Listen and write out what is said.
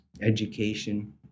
education